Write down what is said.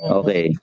okay